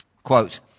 Quote